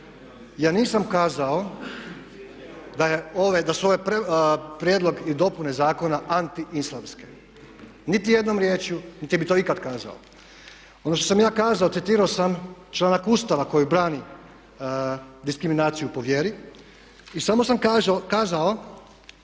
Ja nisam kazao da su ovaj prijedlog i dopune zakona anti islamske, nitijednom riječju niti bih to ikad kazao. Ono što sam ja kazao, citirao sam članak Ustava koji brani diskriminaciju po vjeri i samo sam kazao